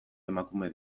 emakume